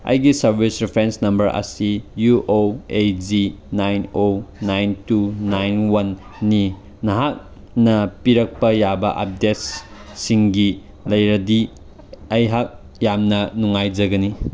ꯑꯩꯒꯤ service reference number ꯑꯁꯤ U O A G nine O nine two nine ꯋꯥꯟꯅꯤ ꯅꯍꯥꯛꯅ ꯄꯤꯔꯛꯄ ꯌꯥꯕ ꯑꯞꯗꯦꯠ ꯁꯤꯡꯒꯤ ꯂꯩꯔꯗꯤ ꯑꯩꯍꯥꯛ ꯌꯥꯝꯅ ꯅꯨꯡꯉꯥꯏꯖꯒꯅꯤ